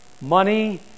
money